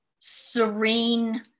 serene